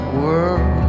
world